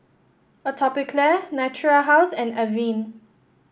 Atopiclair Natura House and Avene